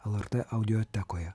lrt audiotekoje